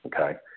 Okay